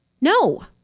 No